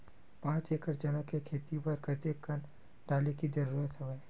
पांच एकड़ चना के खेती बर कते कन डाले के जरूरत हवय?